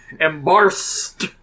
Embarrassed